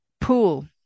pool